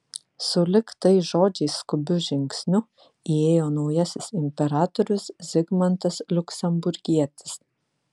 sulig tais žodžiais skubiu žingsniu įėjo naujasis imperatorius zigmantas liuksemburgietis